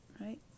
right